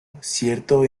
cierto